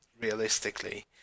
realistically